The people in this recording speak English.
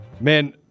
man